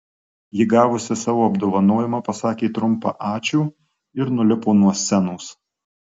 ji gavusi savo apdovanojimą pasakė trumpą ačiū ir nulipo nuo scenos